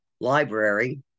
library